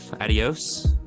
Adios